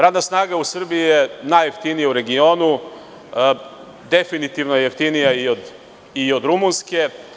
Radna snaga u Srbiji je najjeftinija u regionu, definitivno je jeftinija i od rumunske.